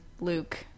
Luke